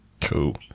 Cool